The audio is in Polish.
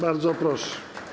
Bardzo proszę.